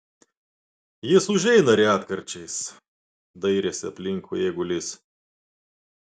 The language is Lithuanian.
jis užeina retkarčiais dairėsi aplinkui eigulys